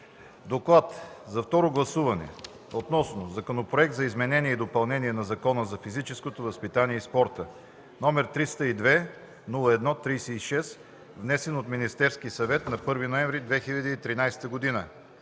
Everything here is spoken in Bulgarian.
„Доклад за второ гласуване относно Законопроект за изменение и допълнение на Закона за физическото възпитание и спорта, № 302-01-36, внесен от Министерски съвет на 1 ноември 2013 г.,